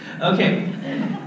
Okay